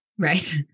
Right